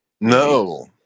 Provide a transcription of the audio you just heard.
No